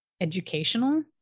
educational